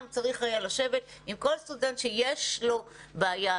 היה צריך לשבת עם כל סטודנט שיש לו בעיה,